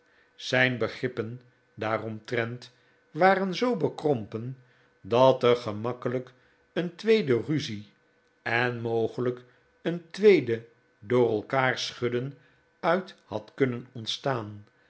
zijn begrippen daaromtrent waren zoo bekrompen dat er gemakkelijk een tweede ruzie en mogelijk een tweede door elkaar schudden uit had kunnen ontstaan